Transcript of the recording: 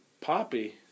poppy